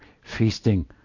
feasting